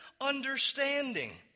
understanding